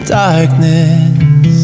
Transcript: darkness